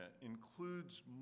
includes